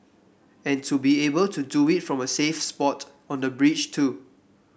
and to be able to do it from a safe spot on the bridge too